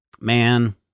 Man